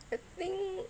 I think